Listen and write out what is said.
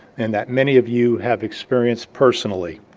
and that many of you have experienced personally.